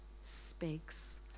speaks